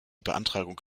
beantragung